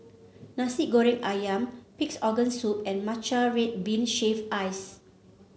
Nasi Goreng ayam Pig's Organ Soup and Matcha Red Bean Shaved Ice